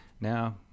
Now